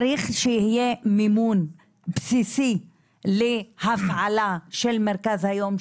צריך שיהיה מימון בסיסי להפעלה של מרכז היום,